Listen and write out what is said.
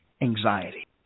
anxiety